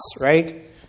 right